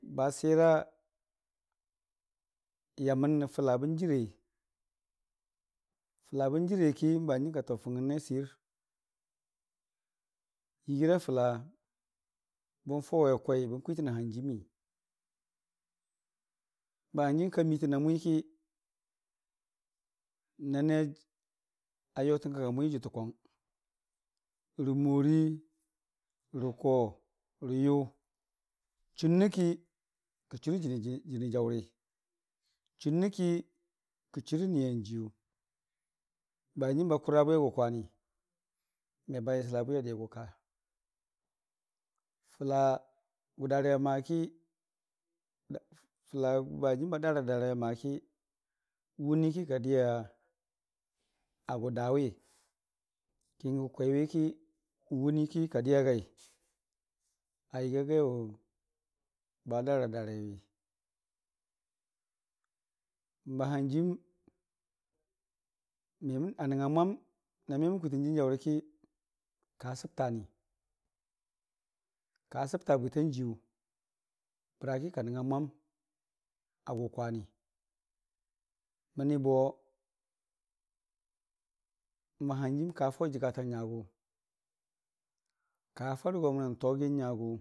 Ba sira yaməne fəla bən jɨrei, fəla bən jɨreiki n'hanjiim ka taʊfʊng ngən na siir yəgiira fʊla bən fawe kwai n'kwii tən a n'hanjiimii ba hanjiim ka miitəna n'mwiki na nii a yotən gəra n'mwil jʊtə kwang rə morii rə ko rə yʊ, kə chunnəki kə churə jənii jaʊri, chunnəki kə churə niyan jiiyu ba hanjiim ba kʊrga bwi agʊkwani meba yəsəla bwi adiya gʊka. Fəla gʊdari amaki fəla banjimba daradarai amaki n'wunii ki ka diya agʊ daawi, ki n'gʊ n'kwaiwi ki n'wuniiki kadiiagai, a yəga gaiwʊ ba daradaraiwi. Bahanjiim a nəngnga mwam na nemən kwiitən jənii jaʊuriki ka səbtani ka səbta bwitan jiiyu bəra ki ka nəng nga mwa agʊ kwani mə ni bo ba hanjiim ka faʊ jəgatang nyag ka farə gona n'togiin nyagʊ.